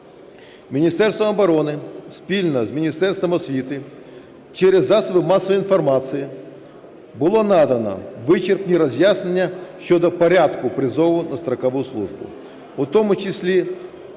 Міністерством оборони спільно з Міністерством освіти через засоби масової інформації було надано вичерпні роз'яснення щодо порядку призову на строкову службу, в тому числі